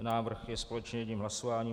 Návrh je společně jedním hlasováním.